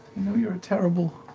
know you're a terrible,